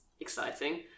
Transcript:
exciting